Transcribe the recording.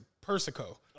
Persico